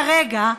כרגע,